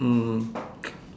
mm